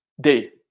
Day